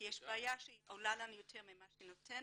כי יש בעיה שהיא עולה לנו יותר ממה שניתן.